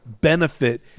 benefit